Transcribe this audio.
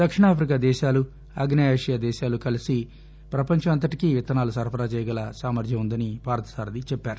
దక్షిణ ఆఫికా దేశాలు ఆగ్నేయాసియా దేశాలు కలసి పపంచం అంతటికీ విత్తనాలను సరఫరా చేయగల సామర్యం ఉందని పార్దసారధి చెప్పారు